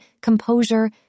composure